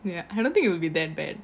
ya I don't think it will be that bad